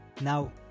Now